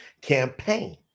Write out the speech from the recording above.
campaign